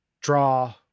draw